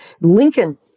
Lincoln